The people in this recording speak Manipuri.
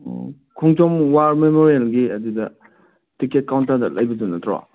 ꯎꯝ ꯈꯣꯡꯖꯣꯝ ꯋꯥꯔ ꯃꯦꯃꯣꯔꯤꯌꯜꯒꯤ ꯑꯗꯨꯗ ꯇꯤꯛꯀꯦꯠ ꯀꯥꯎꯟꯇꯔꯗ ꯂꯩꯕꯗꯨ ꯅꯠꯇ꯭ꯔꯣ